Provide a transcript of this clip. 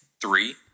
Three